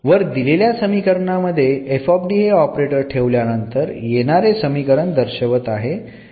वर दिलेल्या समीकरणामध्ये हे ऑपरेटर ठेवल्यानंतर येणारे समीकरण दर्शवत आहे